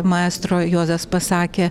maestro juozas pasakė